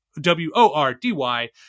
w-o-r-d-y